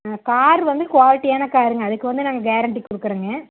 car வந்து குவாலிட்டியான காருங்க அதுக்கு வந்து நாங்கள் கேரண்ட்டி கொடுக்குறோங்க